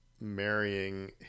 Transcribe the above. marrying